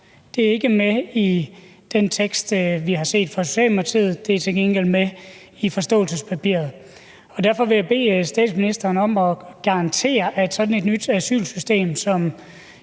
Det er ikke med i den tekst, vi har set fra Socialdemokratiet, men det er til gengæld med i forståelsespapiret. Derfor vil jeg bede statsministeren om at garantere, at sådan et nyt asylsystem, som